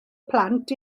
plant